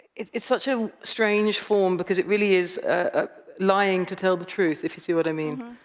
it's such a strange form, because it really is lying to tell the truth, if you see what i mean.